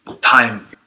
time